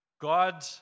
God